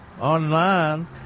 online